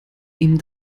ihm